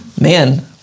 man